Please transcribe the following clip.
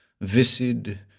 viscid